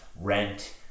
rent